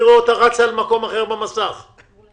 אני רוצה להצהיר שעל בסיס מה שאמרה